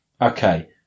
okay